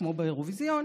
כמו באירוויזיון,